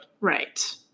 Right